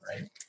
right